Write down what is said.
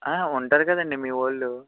ఆ ఉంటారుకదండి మీ వాళ్ళు